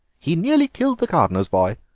he nearly killed the gardener's boy.